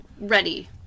ready